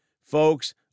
Folks